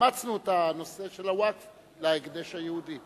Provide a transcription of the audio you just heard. אימצנו את הנושא של ווקף להקדש היהודי,